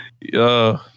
yo